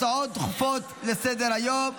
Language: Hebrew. הצעות דחופות לסדר-היום.